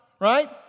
right